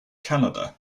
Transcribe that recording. canada